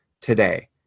today